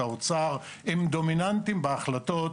האוצר והם דומיננטיים בהחלטות,